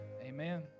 Amen